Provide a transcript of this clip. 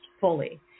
fully